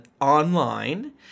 online